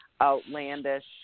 outlandish